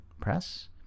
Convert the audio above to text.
press